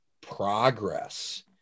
progress